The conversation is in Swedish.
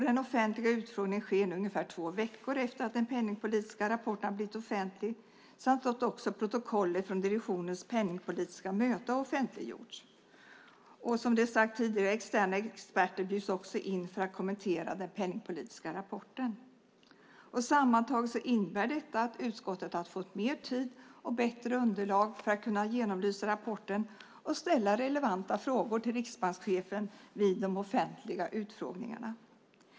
Den offentliga utfrågningen sker nu ungefär två veckor efter att den penningpolitiska rapporten har blivit offentlig och protokollet från direktionens penningpolitiska möte har offentliggjorts. Som det tidigare sagts bjuds externa experter också in för att kommentera den penningpolitiska rapporten. Sammantaget innebär detta att utskottet har fått mer tid och bättre underlag för att kunna genomlysa rapporten och ställa relevanta frågor till riksbankschefen vid de offentliga utfrågningarna.